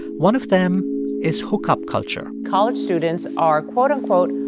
one of them is hookup culture college students are quote, unquote,